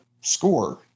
score